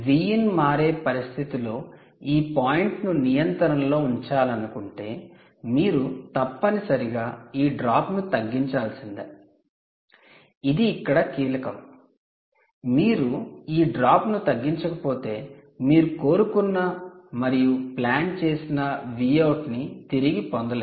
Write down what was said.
Vin మారే పరిస్థితిలో ఈ పాయింట్ను నియంత్రణ లో ఉంచాలనుకుంటే మీరు తప్పనిసరిగా ఈ డ్రాప్ను తగ్గించాల్సిందే ఇది ఇక్కడ కీలకం మీరు ఈ డ్రాప్ను తగ్గించకపోతే మీరు కోరుకున్న మరియు ప్లాన్ చేసిన Vout ను తిరిగి పొందలేరు